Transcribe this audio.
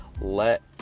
Let